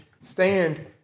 stand